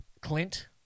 Clint